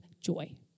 joy